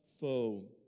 foe